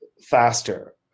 faster